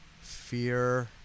Fear